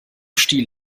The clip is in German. stiel